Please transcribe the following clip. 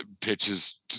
pitches